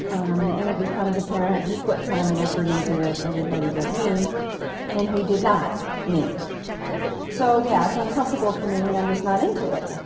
um and it becomes apparent who put time and effort into it everybody but me and who did not me so, yeah, it's uncomfortable for me. and i'm just not into it.